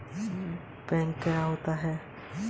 Bank से personal loan कैसे मांगें?